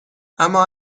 اما